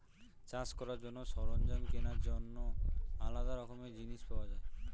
চাষ করার জন্য সরঞ্জাম কেনার জন্য আলাদা রকমের জিনিস পাওয়া যায়